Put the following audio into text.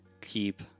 keep